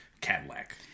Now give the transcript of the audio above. Cadillac